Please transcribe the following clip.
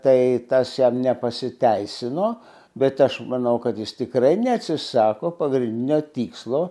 tai tas jam nepasiteisino bet aš manau kad jis tikrai neatsisako pagrindinio tikslo